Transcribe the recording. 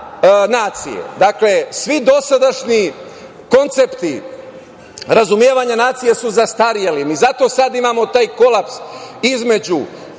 Dakle, svi dosadašnji koncepti razumevanja nacije su zastareli i zato sada imamo taj kolaps između